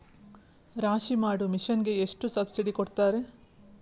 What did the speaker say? ರಾಶಿ ಮಾಡು ಮಿಷನ್ ಗೆ ಎಷ್ಟು ಸಬ್ಸಿಡಿ ಕೊಡ್ತಾರೆ?